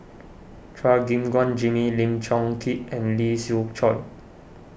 Chua Gim Guan Jimmy Lim Chong Keat and Lee Siew Choh